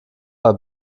bei